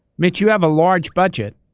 mitch, you have a large budget.